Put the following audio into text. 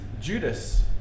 Judas